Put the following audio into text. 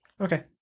Okay